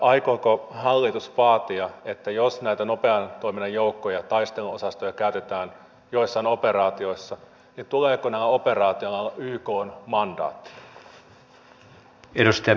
aikooko hallitus vaatia että jos näitä nopean toiminnan joukkoja taisteluosastoja käytetään joissain operaatioissa niin tuleeko näillä operaatioilla olla ykn mandaatti